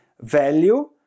value